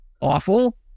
awful